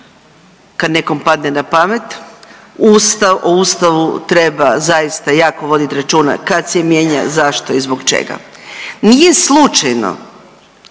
kad nekom padne na pamet, ustav, o ustavu treba zaista jako vodit računa kad se mijenja, zašto i zbog čega. Nije slučajno